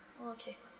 okay